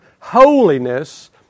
holiness